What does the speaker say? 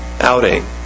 outing